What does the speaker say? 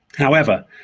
however,